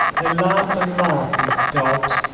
they laughed and laughed, these dogs,